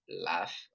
laugh